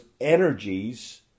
energies